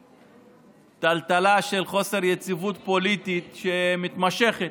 בטלטלה של חוסר יציבות פוליטית מתמשכת.